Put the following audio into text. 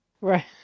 right